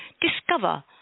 Discover